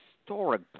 historic